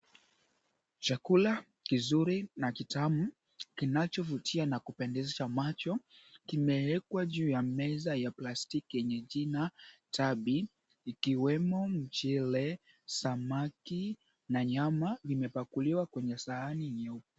Chakula kizuri na kitamu kinachovutia na kupendeza macho kimewekwa juu ya meza ya plastiki yenye jina Tabby ikiwemo mchele, samaki na nyama imepakuliwa kwenye sahani nyeupe.